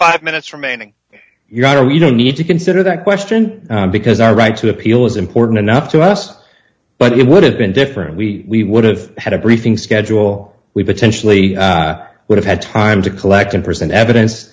five minutes remaining your honor we don't need to consider that question because our right to appeal is important enough to us but it would have been different we would have had a briefing schedule we've attention lee would have had time to collect and present evidence